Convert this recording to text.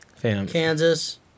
Kansas